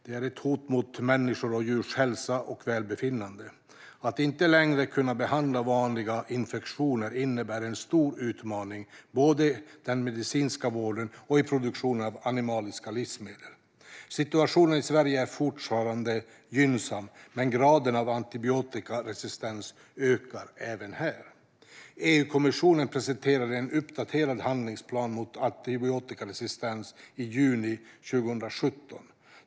Det är ett hot mot människors och djurs hälsa och välbefinnande. Att inte längre kunna behandla vanliga infektioner innebär en stor utmaning, både i den medicinska vården och i produktionen av animaliska livsmedel. Situationen i Sverige är fortfarande gynnsam, men graden av antibiotikaresistens ökar även här. EU-kommissionen presenterade en uppdaterad handlingsplan mot antibiotikaresistens i juni 2017.